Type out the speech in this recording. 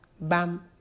Bam